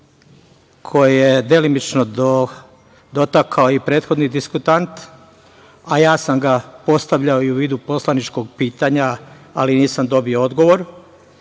koje je delimično dotakao i prethodni diskutant, a ja sam ga postavljao i u vidu poslaničkog pitanja, ali nisam dobio odgovor,